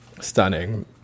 stunning